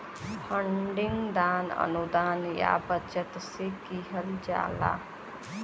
funding दान, अनुदान या बचत से किहल जाला